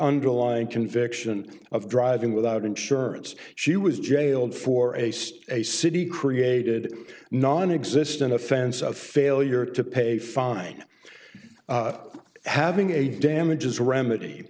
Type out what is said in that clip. underlying conviction of driving without insurance she was jailed for aced a city created nonexistent offense of failure to pay a fine having a damages remedy